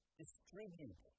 distribute